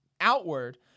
outward